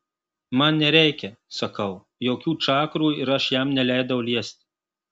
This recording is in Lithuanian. man nereikia sakau jokių čakrų ir aš jam neleidau liesti